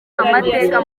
amateka